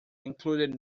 included